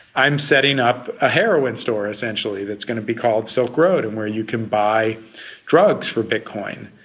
i am setting up a heroin store, essentially, that's going to be called silk road and where you can buy drugs for bitcoin.